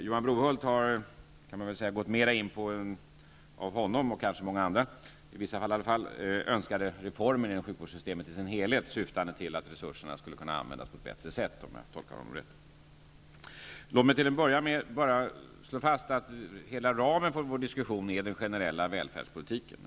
Johan Brohult har mera gått in på en av honom, och kanske många andra, önskad reform inom sjukvårdssystemet i dess helhet syftande till att resurserna skulle kunna användas på ett bättre sätt, om jag tolkade honom rätt. Låt mig till en början slå fast att hela ramen för vår diskussion är den generella välfärdspolitiken.